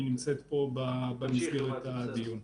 היא נמצאת פה במסגרת הדיון.